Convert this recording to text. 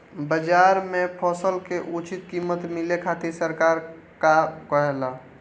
बाजार में फसल के उचित कीमत मिले खातिर सरकार का कईले बाऽ?